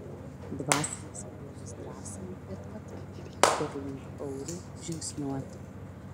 dvasinis vadovas drąsina ir pataria kur link auriui žingsniuoti